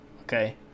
okay